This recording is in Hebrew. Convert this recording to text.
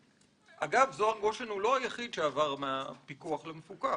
אגב, זוהר גושן הוא לא היחיד שעבר מהפיקוח למפוקח.